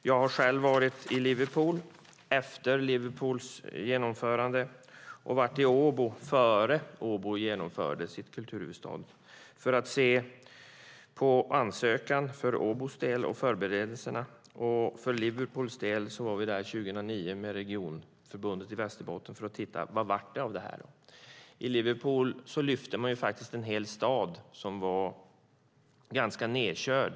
Jag har själv varit i Liverpool efter Liverpools genomförande och i Åbo innan Åbo genomförde sitt kulturhuvudstadsår. För Åbos del var det för att se på ansökan och förberedelserna, och för Liverpools del var vi där 2009 med Regionförbundet i Västerbotten för att se vad det blev av det. I Liverpool lyfte man faktiskt en hel stad som var ganska nedkörd.